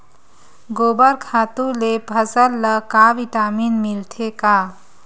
गोबर खातु ले फसल ल का विटामिन मिलथे का?